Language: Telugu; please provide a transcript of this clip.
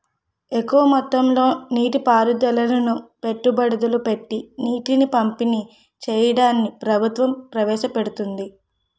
ఎక్కువ మొత్తంలో నీటి పారుదలను పెట్టుబడులు పెట్టీ నీటిని పంపిణీ చెయ్యడాన్ని ప్రభుత్వం ప్రవేశపెడుతోంది